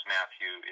Matthew